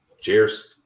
Cheers